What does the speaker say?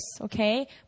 okay